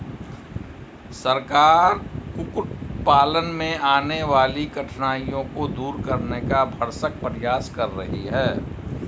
सरकार कुक्कुट पालन में आने वाली कठिनाइयों को दूर करने का भरसक प्रयास कर रही है